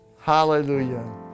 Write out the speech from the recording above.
Hallelujah